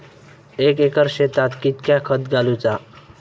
एक एकर शेताक कीतक्या खत घालूचा?